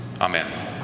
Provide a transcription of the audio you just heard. Amen